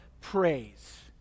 praise